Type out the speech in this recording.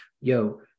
yo